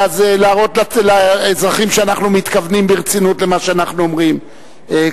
להראות לאזרחים שאנחנו מתכוונים ברצינות למה שאנחנו אומרים,